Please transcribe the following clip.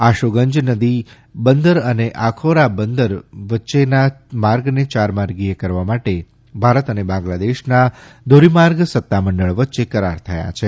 આશુગંજ નદી બંદર અને આખૌરા બંદર વચ્ચેના માર્ગને ચારમાર્ગી કરવા માટે ભારત અને બાંગ્લાદેશના ધોરીમાર્ગ સત્તામંડળ વચ્ચે કરાર થયા છે